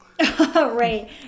right